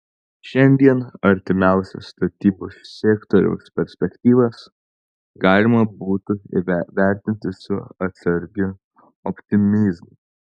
šiandien artimiausias statybų sektoriaus perspektyvas galima būtų vertinti su atsargiu optimizmu